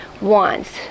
wants